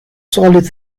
solid